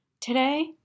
Today